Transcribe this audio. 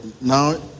now